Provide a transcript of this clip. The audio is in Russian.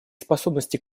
способности